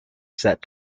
set